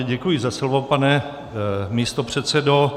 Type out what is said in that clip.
Děkuji za slovo, pane místopředsedo.